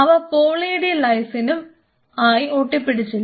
അവ poly D ലൈസിനും ആയി ഒട്ടിപ്പിടിച്ചില്ല